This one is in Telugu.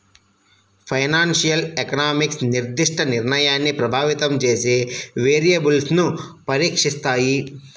ఫైనాన్షియల్ ఎకనామిక్స్ నిర్దిష్ట నిర్ణయాన్ని ప్రభావితం చేసే వేరియబుల్స్ను పరీక్షిస్తాయి